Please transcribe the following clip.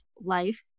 life